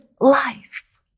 life